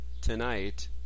tonight